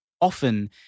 often